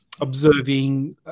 observing